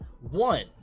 One